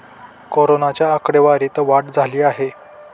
कोरोनाच्या आकडेवारीत वाढ झाली आहे